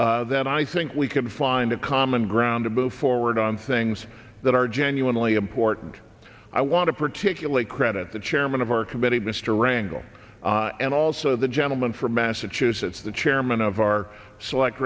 fairness then i think we can find a common ground to move forward on things that are genuinely important i want to particularly credit the chairman of our committee mr rangle and also the gentleman from massachusetts the chairman of our select